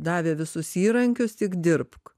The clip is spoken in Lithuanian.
davė visus įrankius tik dirbk